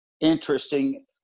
interesting